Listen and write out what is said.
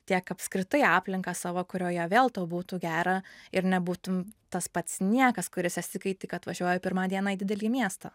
tiek apskritai aplinką savo kurioje vėl tau būtų gera ir nebūtum tas pats niekas kuris esi kai tik atvažiuoji pirmą dieną į didelį miestą